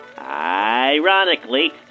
ironically